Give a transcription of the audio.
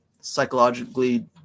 psychologically –